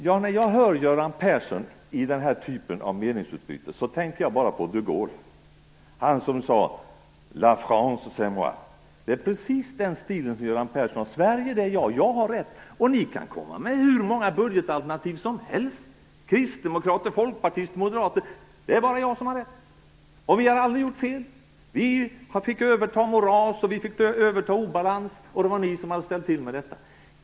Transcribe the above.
När jag hör Göran Persson i den här typen av meningsutbyte tänker jag bara på de Gaulle, han som sade: La France, c est moi! Det är precis Göran Perssons stil: Sverige, det är jag! Ni kristdemokrater, folkpartister och moderater kan komma med hur många budgetalternativ som helst - det är bara jag som har rätt! Vi har aldrig gjort fel. Vi fick överta moras och obalans, och det var ni som hade ställt till med detta.